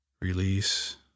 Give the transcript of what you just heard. Release